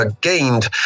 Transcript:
gained